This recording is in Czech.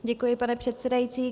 Děkuji, pane předsedající.